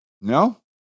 No